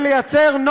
בבקשה.